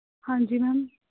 ਹਾਂਜੀ ਮੈਮ